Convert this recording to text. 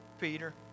Peter